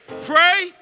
pray